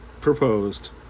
proposed